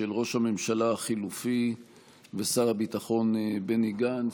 של ראש הממשלה החליפי ושר הביטחון בני גנץ,